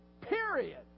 period